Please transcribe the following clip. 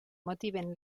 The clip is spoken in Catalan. motiven